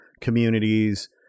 communities